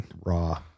raw